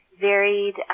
varied